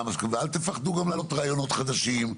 ואל תפחדו גם להעלות רעיונות חדשים.